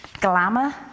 Glamour